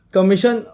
Commission